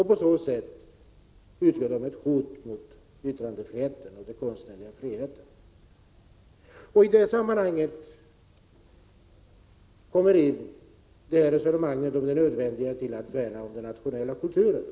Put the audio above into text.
På så sätt utgör sponsringen ett hot mot yttrandefriheten och den konstnärliga friheten. I det sammanhanget kommer resonemanget om det nödvändiga i att värna om den nationella kulturen in.